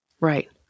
right